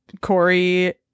Corey